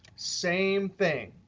same thing.